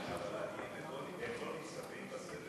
אבל העניים הם לא ניצבים בסרט שלך.